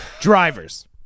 Drivers